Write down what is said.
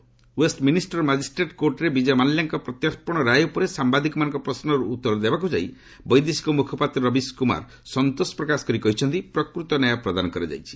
Westminster magistrate କୋର୍ଟରେ ବିଜୟ ମାଲ୍ୟାଙ୍କ ପ୍ରତ୍ୟର୍ପଣ ରାୟ ଉପରେ ସାମ୍ବାଦିକମାନଙ୍କ ପ୍ରଶ୍ୱର ଉତ୍ତର ଦେବାକୁ ଯାଇ ବୈଦେଶିକ ମୁଖପାତ୍ର ରବିଶ କୁମାର ସନ୍ତୋଷ ପ୍ରକାଶ କରି କହିଛନ୍ତି ପ୍ରକୃତ ନ୍ୟାୟ ପ୍ରଦାନ କରାଯାଇଛି